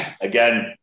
again